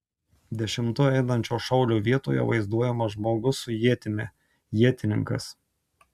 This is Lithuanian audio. dešimtu einančio šaulio vietoje vaizduojamas žmogus su ietimi ietininkas